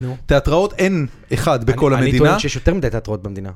תיאטראות אין אחד בכל המדינה. אני טוען שיש יותר מדי תיאטראות במדינה.